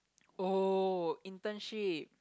orh internship